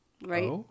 Right